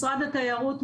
משרד התיירות,